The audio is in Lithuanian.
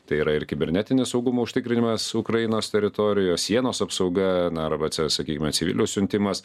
tai yra ir kibernetinio saugumo užtikrinimas ukrainos teritorijos sienos apsauga na arba sakykime civilių siuntimas